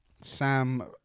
Sam